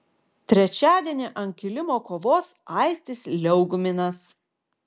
trečiadienį ant kilimo kovos aistis liaugminas